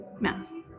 Mass